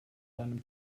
einem